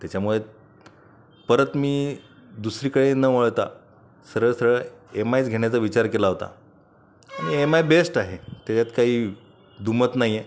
त्याच्यामुळे परत मी दुसरीकडे न वळता सरळ सरळ एम आयच घेण्याचा विचार केला होता एम आय बेस्ट आहे त्याच्यात काही दुमत नाही आहे